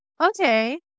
Okay